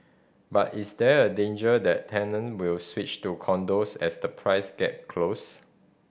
but is there a danger that tenant will switch to condos as the price gap close